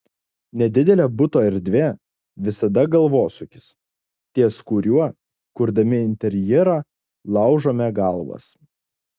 nedidelė buto erdvė visada galvosūkis ties kuriuo kurdami interjerą laužome galvas